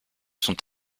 sont